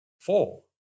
four